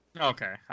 Okay